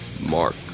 Mark